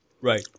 Right